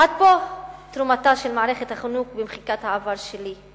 עד פה על תרומתה של מערכת החינוך למחיקת העבר שלי,